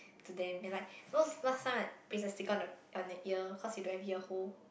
to them and like those last time like paste the sticker on the on the ear cause you don't have ear hole